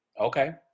Okay